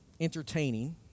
entertaining